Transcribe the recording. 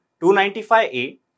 295A